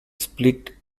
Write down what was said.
split